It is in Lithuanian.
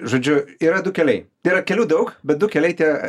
žodžiu yra du keliai yra kelių daug bet du keliai tie